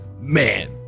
Man